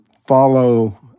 follow